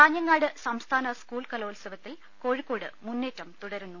കാഞ്ഞങ്ങാട് സ്ംസ്ഥാന സ്കൂൾകലോത്സവത്തിൽ കോഴിക്കോട്ട് മുന്നേറ്റം തുടരുന്നു